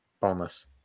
Boneless